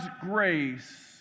grace